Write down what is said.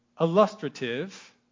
illustrative